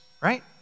right